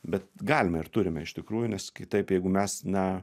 bet galime ir turime iš tikrųjų nes kitaip jeigu mes na